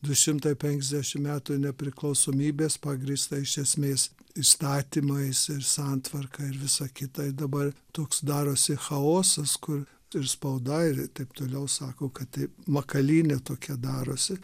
du šimtai penkiasdešimt metų nepriklausomybės pagrįsta iš esmės įstatymais ir santvarka ir visa kita ir dabar toks darosi chaosas kur ir spauda ir taip toliau sako kad taip makalynė tokia darosi